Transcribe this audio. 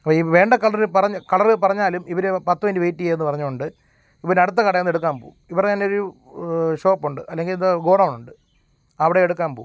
അപ്പോൾ ഈ വേണ്ട കളറ് പറഞ്ഞ് കളറ് പറഞ്ഞാലും ഇവർ പത്തു മിനിട്ട് വെയ്റ്റ് ചെയ്യുമെന്ന് പറഞ്ഞുകൊണ്ട് ഇവരുടെ അടുത്ത കടയിൽ നിന്നെടുക്കാൻ പോവും ഇവരുടെ എന്നൊരു ഷോപ്പുണ്ട് അല്ലെങ്കിൽ ഇത് ഗോഡൗണുണ്ട് അവിടെയെടുക്കാൻ പോവും